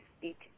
speak